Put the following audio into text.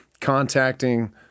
contacting